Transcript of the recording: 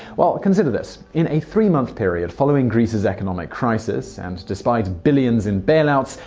well, consider this in a three month period following greece's economic crisis and despite billions in bailouts,